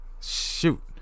Shoot